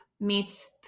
meets